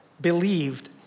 believed